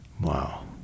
Wow